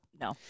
No